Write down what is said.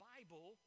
Bible